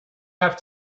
have